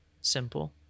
simple